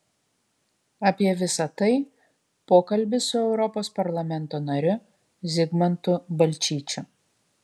apie visai tai pokalbis su europos parlamento nariu zigmantu balčyčiu